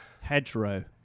Hedgerow